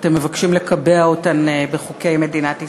אתם מבקשים לקבע אותן בחוקי מדינת ישראל,